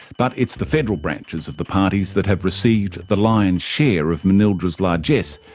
but it's the federal branches of the parties that have received the lion's share of manildra's largesse,